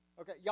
Okay